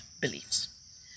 beliefs